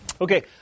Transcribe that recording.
Okay